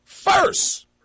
First